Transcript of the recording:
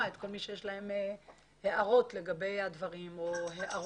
את כל מי שיש לו הערות לגבי הדברים או הערות